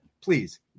please